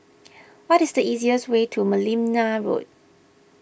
what is the easiest way to Merlimau Road